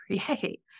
create